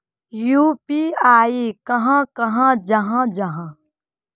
UPI कहाक कहाल जाहा जाहा?